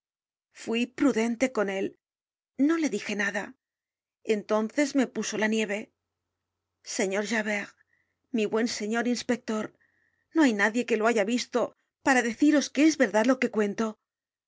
fui prudente con él no le dije nada entonces me puso la nieve señor javert mi buen señor inspector no hay nadie que lo haya visto para deciros que es verdad la que cuento